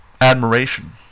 admiration